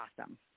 awesome